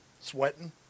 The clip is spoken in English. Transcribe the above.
sweating